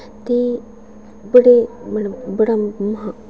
ते बड़े म्हान